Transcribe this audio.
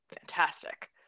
fantastic